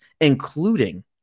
including